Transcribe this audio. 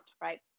right